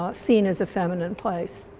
ah seen as a feminine place.